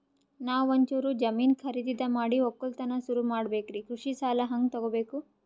ನಾ ಒಂಚೂರು ಜಮೀನ ಖರೀದಿದ ಮಾಡಿ ಒಕ್ಕಲತನ ಸುರು ಮಾಡ ಬೇಕ್ರಿ, ಕೃಷಿ ಸಾಲ ಹಂಗ ತೊಗೊಬೇಕು?